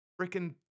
freaking